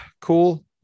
cool